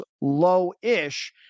low-ish